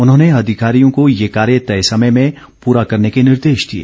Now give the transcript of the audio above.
उन्होंने अधिकारियों को ये कार्य तय समय में पूरा करने के निर्देश दिए